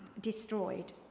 destroyed